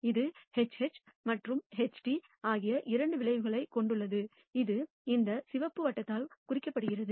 இது HH மற்றும் HT ஆகிய இரண்டு விளைவுகளைக் கொண்டுள்ளது இது இந்த சிவப்பு வட்டத்தால் குறிக்கப்படுகிறது